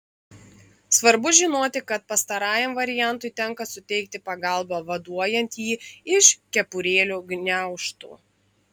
svarbu žinoti kad pastarajam variantui tenka suteikti pagalbą vaduojant jį iš kepurėlių gniaužtų